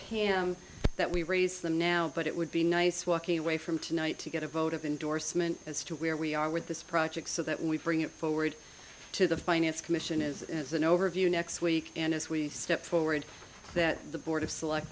him that we raise them now but it would be nice walking away from tonight to get a vote of endorsement as to where we are with this project so that we bring it forward to the finance commission is as an overview next week and as we step forward that the board of select